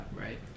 Right